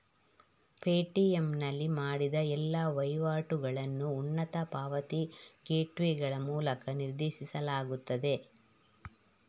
Paytm ನಲ್ಲಿ ಮಾಡಿದ ಎಲ್ಲಾ ವಹಿವಾಟುಗಳನ್ನು ಉನ್ನತ ಪಾವತಿ ಗೇಟ್ವೇಗಳ ಮೂಲಕ ನಿರ್ದೇಶಿಸಲಾಗುತ್ತದೆ